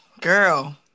Girl